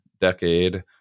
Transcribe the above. decade